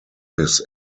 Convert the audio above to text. his